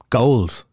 goals